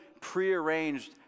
prearranged